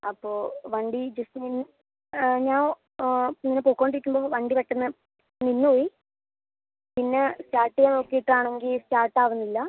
അപ്പോൾ വണ്ടി ജസ്റ്റ് നിന്ന് ഞാൻ ഇങ്ങനെ പൊക്കോണ്ട് ഇരിക്കുമ്പോൾ വണ്ടി പെട്ടെന്ന് നിന്ന് പോയി പിന്നെ സ്റ്റാർട്ട് ചെയ്യാൻ നോക്കീട്ട് ആണെങ്കിൽ സ്റ്റാർട്ട് ആവുന്നില്ല